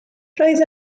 roedd